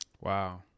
Wow